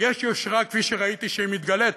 יש יושרה, כפי שראיתי שהיא מתגלית